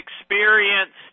experienced